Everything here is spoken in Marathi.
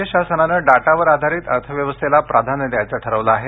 राज्यशासनाने डाटावर आधारित अर्थव्यवस्थेला प्राधान्य द्यायचं ठरवलं आहे